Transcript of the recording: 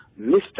Mr